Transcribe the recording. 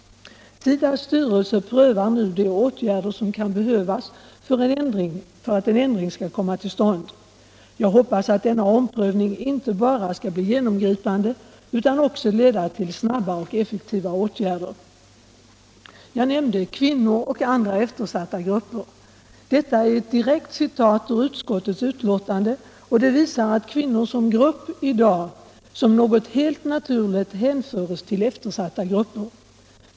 SIDA:s styrelse prövar nu de åtgärder som kan behövas för att en ändring skall komma till stånd. Jag hoppas att denna omprövning inte bara skall bli genomgripande utan också leda till snabba och effektiva åtgärder. Jag nämnde ”kvinnor och andra eftersatta grupper”. Detta är ett direkt citat ur utskottets betänkande, och det visar att kvinnor som grupp i dag som något helt naturligt hänföres till eftersatta grupper.